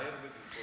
הסתער בגופו.